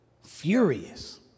furious